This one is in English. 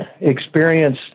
experience